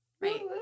Right